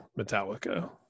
Metallica